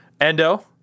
Endo